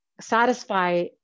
satisfy